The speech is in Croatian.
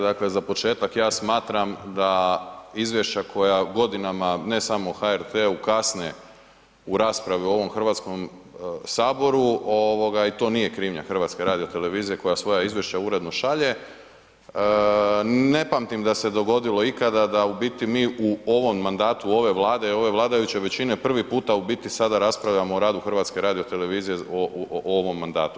Dakle, za početak ja smatram da izvješća koja godinama ne samo HRT-u kasne u raspravu u ovom Hrvatskom saboru ovoga i to nije krivnja HRT-a koja svoja izvješća uredno šalje, ne pamtim da se dogodilo ikada da u biti mi u ovom mandatu ove Vlade i ove vladajuće većine prvi puta u biti sada raspravljamo o radu HRT-a u ovom mandatu.